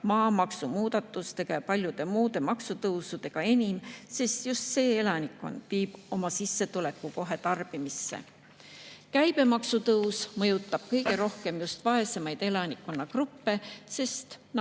maamaksumuudatustega ja paljude muude maksutõusudega enim, sest just see elanikkonna[rühm] viib oma sissetuleku kohe tarbimisse. Käibemaksu tõus mõjutab kõige rohkem just vaesemaid elanikkonnagruppe, sest